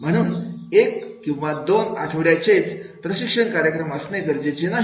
म्हणून एक किंवा दोन आठवड्याचेच प्रशिक्षण कार्यक्रम असणे गरजेचे नाही